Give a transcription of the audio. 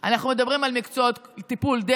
אנחנו נפספס גם את הטיפול.